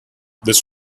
this